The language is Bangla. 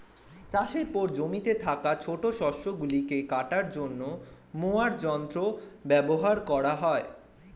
চাষের পর জমিতে থাকা ছোট শস্য গুলিকে কাটার জন্য মোয়ার যন্ত্র ব্যবহার করা হয়